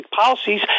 policies